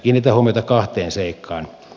kiinnitän huomiota kahteen seikkaan